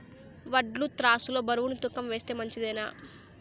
వడ్లు త్రాసు లో బరువును తూకం వేస్తే మంచిదేనా?